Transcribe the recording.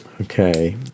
Okay